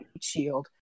shield